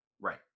Right